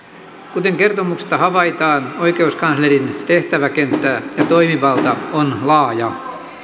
kuten kertomuksesta havaitaan oikeuskanslerin tehtäväkenttä ja toimivalta on laaja